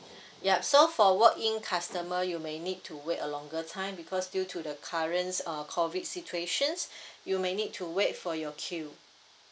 yup so for walk in customer you may need to wait a longer time because due to the current uh COVID situations you may need to wait for your queue